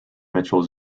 mitchell